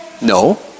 No